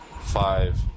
five